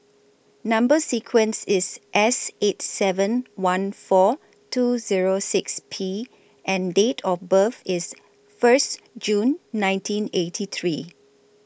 Number sequence IS S eight seven one four two Zero six P and Date of birth IS First June nineteen eighty three